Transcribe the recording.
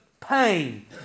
pain